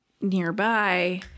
nearby